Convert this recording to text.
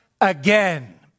again